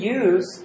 use